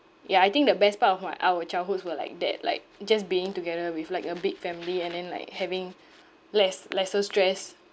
ya I think the best part of my our childhoods were like that like just being together with like a big family and then like having less~ lesser stress